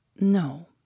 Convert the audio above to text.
No